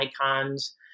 icons